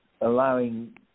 allowing